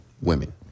women